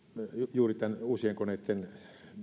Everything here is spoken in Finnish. juuri uusien koneitten